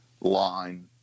line